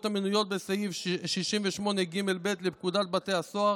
המנויות בסעיף 68ג(ב) לפקודת בתי הסוהר,